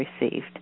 received